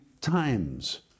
times